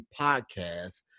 podcast